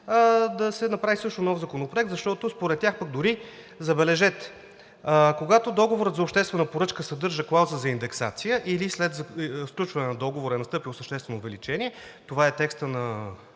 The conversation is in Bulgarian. да се направи също нов законопроект, защото според тях дори, забележете: „Когато договорът за обществена поръчка съдържа клауза за индексация или след сключване на договора е настъпило съществено увеличение“, това е текстът на